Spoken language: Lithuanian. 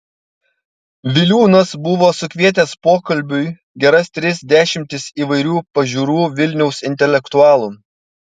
viliūnas buvo sukvietęs pokalbiui geras tris dešimtis įvairių pažiūrų vilniaus intelektualų